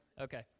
Okay